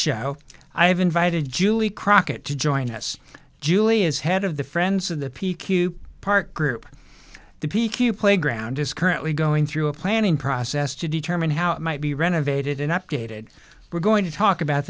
show i have invited julie crockett to join us julie is head of the friends of the p q park group the p q playground is currently going through a planning process to determine how it might be renovated and updated we're going to talk about